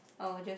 I'll just